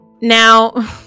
Now